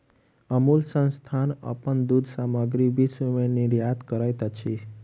अमूल संस्थान अपन दूध सामग्री विश्व में निर्यात करैत अछि